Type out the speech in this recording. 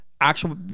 actual